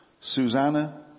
Susanna